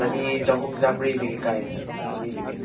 ꯆꯅꯤ ꯆꯍꯨꯝ ꯆꯥꯝꯔꯤꯗꯒꯤ ꯀꯥꯏꯌꯦ ꯆꯅꯤꯗꯒꯤ